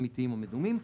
אמיתיים או מדומים,